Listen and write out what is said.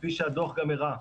כפי שהדוח גם הראה,